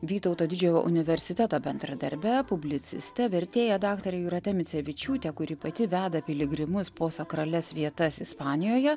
vytauto didžiojo universiteto bendradarbe publiciste vertėja daktare jūrate micevičiūte kuri pati veda piligrimus po sakralias vietas ispanijoje